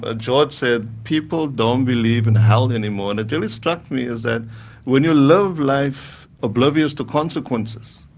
ah george said, people don't believe in hell anymore and it really struck me is that when you live life oblivious to consequences,